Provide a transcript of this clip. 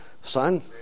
son